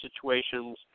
situations